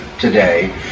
today